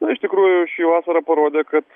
na iš tikrųjų vasara parodė kad